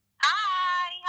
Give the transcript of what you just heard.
Hi